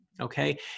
Okay